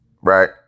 Right